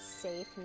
safe